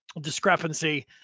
discrepancy